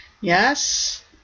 Yes